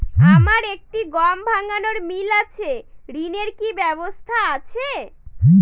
আমার একটি গম ভাঙানোর মিল আছে ঋণের কি ব্যবস্থা আছে?